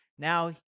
Now